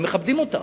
הן מכבדות אותך.